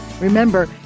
remember